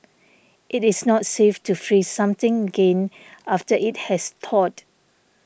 it is not safe to freeze something again after it has thawed